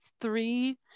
three